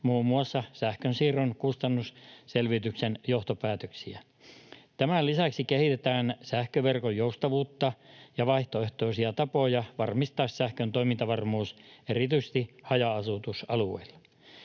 muun muassa sähkönsiirron kustannusselvityksen johtopäätöksiä. Tämän lisäksi kehitetään sähköverkon joustavuutta ja vaihtoehtoisia tapoja varmistaa sähkön toimintavarmuus erityisesti haja-asutusalueilla.